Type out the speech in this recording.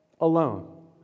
alone